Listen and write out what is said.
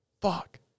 fuck